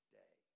day